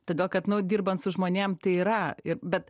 todėl kad dirbant su žmonėm tai yra ir bet